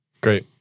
Great